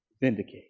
vindicate